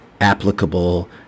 applicable